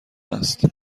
است